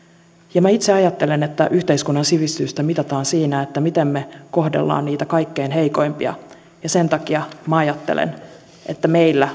ja minä itse ajattelen että yhteiskunnan sivistystä mitataan sillä miten me kohtelemme niitä kaikkein heikoimpia ja sen takia minä ajattelen että meillä